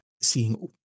seeing